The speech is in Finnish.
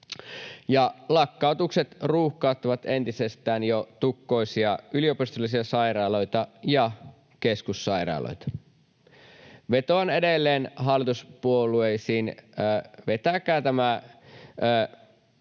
lakkautukset ruuhkauttavat entisestään jo tukkoisia yliopistollisia sairaaloita ja keskussairaaloita. Vetoan edelleen hallituspuolueisiin, että vetäkää tämä